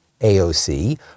AOC